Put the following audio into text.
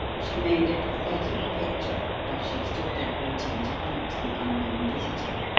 she made a pathetic picture as she stood there waiting to greet the unknown visitor.